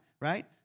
right